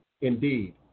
indeed